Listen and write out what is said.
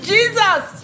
Jesus